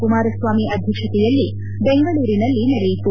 ಕುಮಾರಸ್ವಾಮಿ ಅಧ್ಯಕ್ಷತೆಯಲ್ಲಿ ಬೆಂಗಳೂರಿನಲ್ಲಿಂದು ನಡೆಯಿತು